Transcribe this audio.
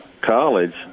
college